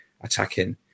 attacking